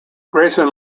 grayson